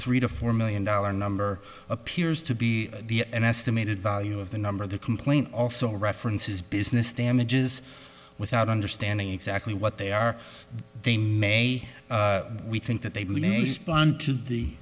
three to four million dollar number appears to be the an estimated value of the number of the complaint also references business damages without understanding exactly what they are they may we think that they